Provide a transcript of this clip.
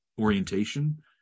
orientation